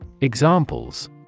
Examples